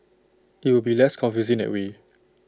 IT will be less confusing that way